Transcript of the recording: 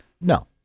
No